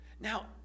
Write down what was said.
Now